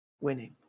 winning